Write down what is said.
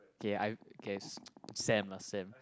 K I K s~ Sam lah Sam